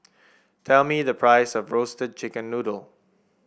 tell me the price of Roasted Chicken Noodle